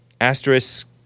asterisk